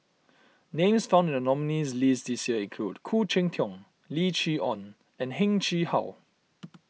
names found in the nominees' list this year include Khoo Cheng Tiong Lim Chee Onn and Heng Chee How